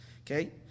Okay